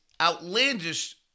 outlandish